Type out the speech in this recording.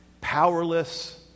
powerless